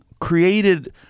created